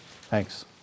Thanks